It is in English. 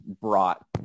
brought